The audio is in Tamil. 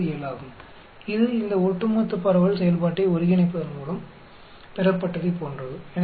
407 ஆகும் இது இந்த ஒட்டுமொத்த பரவல் செயல்பாட்டை ஒருங்கிணைப்பதன் மூலம் பெறப்பட்டதைப் போன்றது